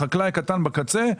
לחקלאי הקטן בקצה,